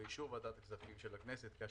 באישור ועדת הכספים של הכנסת כאשר